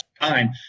time